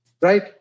Right